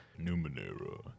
Numenera